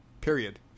Period